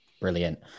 Brilliant